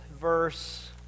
verse